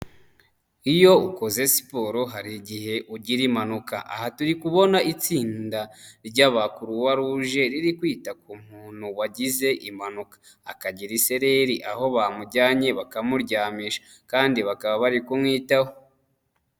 Iyo ukoze siporo hari igihe ugira impanuka aha turi kubona itsinda ry'abakuruwaruje riri kwita ku muntu wagize impanuka akagira isereri aho bamujyanye bakamuryamisha kandi bakaba bari kumwitaho.